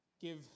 Give